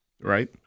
right